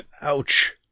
ouch